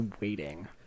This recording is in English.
waiting